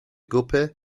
guppy